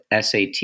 SAT